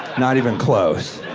not even close.